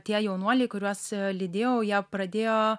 tie jaunuoliai kuriuos lydėjau jie pradėjo